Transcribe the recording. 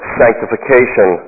sanctification